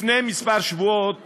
לפני כמה שבועות